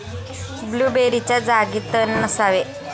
ब्लूबेरीच्या जागी तण नसावे